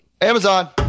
Amazon